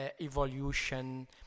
evolution